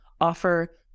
offer